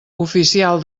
oficial